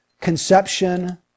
conception